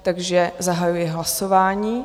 Takže zahajuji hlasování.